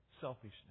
selfishness